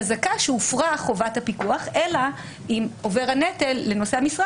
חזקה שהופרה חובת הפיקוח אלא אם עובר הנטל לנושא המשרה